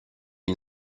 une